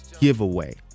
giveaway